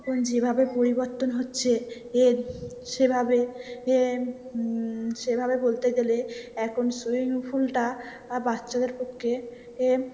এখন যেভাবে পরিবর্তন হচ্ছে এ সেভাবে এ সেভাবে বলতে গেলে এখন সুইমিং পুলটা বাচ্চাদের পক্ষে